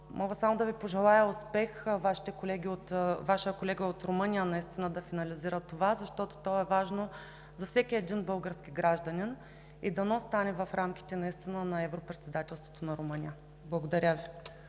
Мога само да Ви пожелая успех! Вашият колега от Румъния да финализира това, защото е важно за всеки един български граждани и дано стане в рамките на Европредседателството на Румъния. Благодаря Ви.